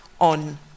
on